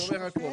זה יהיה קצר.